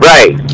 Right